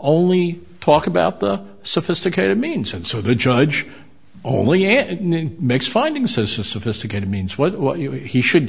only talk about the sophisticated means and so the judge only and makes finding says a sophisticated means what you he should